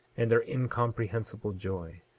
and their incomprehensible joy,